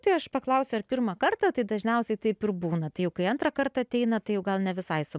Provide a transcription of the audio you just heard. tai aš paklausiu ar pirmą kartą tai dažniausiai taip ir būna tai jau kai antrą kartą ateina tai jau gal ne visai su